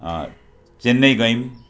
चेन्नई गयौँ